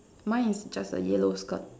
mine is just a yellow skirt